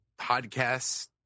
podcasts